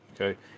okay